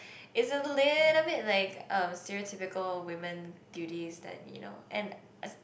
it's a little bit like a stereotypical women duties that you know and as